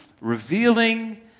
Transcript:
revealing